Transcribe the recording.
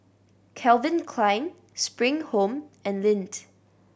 Calvin Klein Spring Home and Lindt